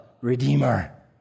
Redeemer